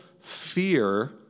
fear